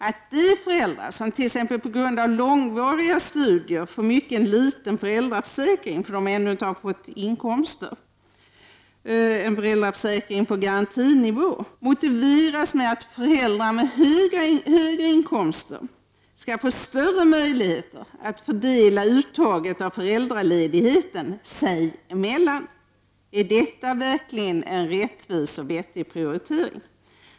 Att de föräldrar som t.ex. på grund av långvariga studier får mycket liten föräldraförsäkring, en försäkring endast på garantinivå, motiveras med att föräldrar med högre inkomster skall få större möjligheter att fördela uttaget av föräldraledigheten sig emellan. Är detta verkligen en rättvis och vettig prioritering?